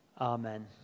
Amen